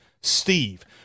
Steve